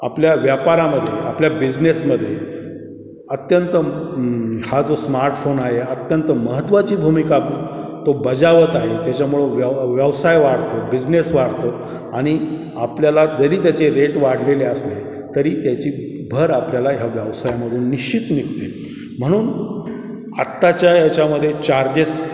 आपल्या व्यापारामध्ये आपल्या बिझनेसमध्ये अत्यंत हा जो स्मार्टफोन आहे अत्यंत महत्त्वाची भूमिका तो बजावत आहे त्याच्यामुळं व्यव व्यवसाय वाढतो बिझनेस वाढतो आणि आपल्याला जरी त्याचे रेट वाढलेले असले तरी त्याची भर आपल्याला ह्या व्यवसायामधून निश्चित निघते म्हणून आत्ताच्या याच्यामध्ये चार्जेस